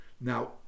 Now